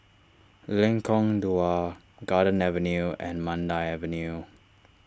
Lengkong Dua Garden Avenue and Mandai Avenue